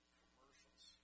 commercials